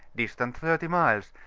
distant thirty miles,